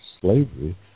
slavery